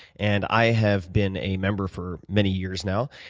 and i have been a member for many years now.